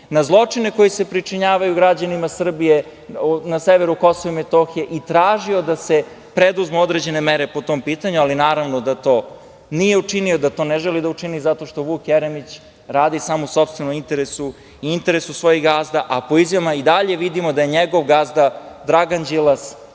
na zločine koji se pričinjavaju građanima Srbije na severu Kosova i Metohije i tražio da se preduzmu određene mere po tom pitanju. Naravno da to nije učinio, da to ne želi da učini zato što Vuk Jeremić radi samo u sopstvenom interesu i interesu svojih gazda, a po izjavama i dalje vidimo da je njegov gazda Dragan Đilas